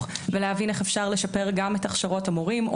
ולהבין איך אפשר לשפר גם את הכשרות המורים,